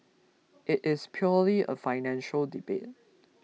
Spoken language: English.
it is purely a financial debate